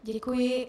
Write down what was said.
Děkuji.